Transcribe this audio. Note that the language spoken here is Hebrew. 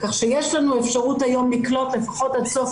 כך שיש לנו אפשרות היום לקלוט לפחות עד סוף